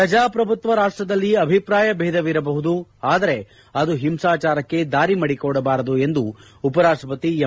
ಪ್ರಜಾಪ್ರಭುತ್ವ ರಾಷ್ಷದಲ್ಲಿ ಅಭಿಪ್ರಾಯ ಭೇದವಿರಬಹುದು ಆದರೆ ಅದು ಹಿಂಸಾಚಾರಕ್ಕೆ ದಾರಿ ಮಾಡಿಕೊಡಬಾರದು ಎಂದು ಉಪರಾಷ್ಷಪತಿ ಎಂ